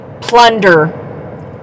plunder